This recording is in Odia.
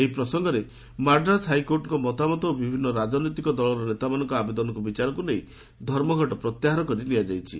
ଏହି ପ୍ରସଙ୍ଗରେ ମାଡ୍ରାସ ହାଇକୋର୍ଟଙ୍କ ମତାମତ ଏବଂ ବିଭିନ୍ନ ରାଜନୈତିକ ଦଳର ନେତାମାନଙ୍କର ଆବେଦନକୁ ବିଚାରକୁ ନେଇ ଧର୍ମଘଟ ପ୍ରତ୍ୟାହାର କରାଯାଇଛି